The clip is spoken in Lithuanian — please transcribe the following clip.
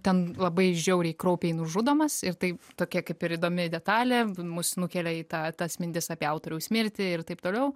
ten labai žiauriai kraupiai nužudomas ir taip tokia kaip ir įdomi detalė mus nukelia į tą tas mintis apie autoriaus mirtį ir taip toliau